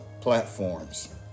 platforms